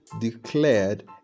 declared